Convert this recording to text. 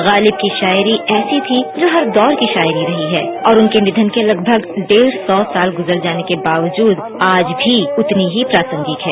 गालिब की शायरी ऐसी थ्रो जो हर दौर की शायरी रही है और उनके निधन के लगभग डेढ़ सौ साल गुजर जाने के बावजूद आज भी उतनी ही प्रासंगिक है